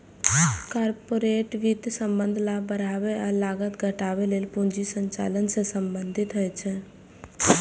corporate वित्तक संबंध लाभ बढ़ाबै आ लागत घटाबै लेल पूंजी संचालन सं संबंधित होइ छै